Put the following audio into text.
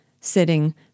sitting